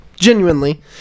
Genuinely